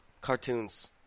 cartoons